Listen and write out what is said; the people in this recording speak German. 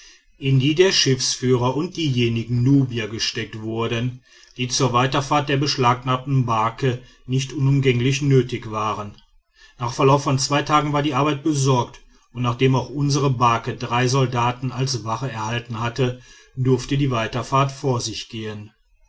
in die der schiffsführer und diejenigen nubier gesteckt wurden die zur weiterfahrt der beschlagnahmten barke nicht unumgänglich nötig waren nach verlauf von zwei tagen war die arbeit besorgt und nachdem auch unsere barke drei soldaten als wache erhalten hatte durfte die weiterfahrt vor sich gehen